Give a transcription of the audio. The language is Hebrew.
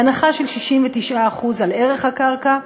הנחה של 69% על ערך הקרקע,